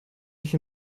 ich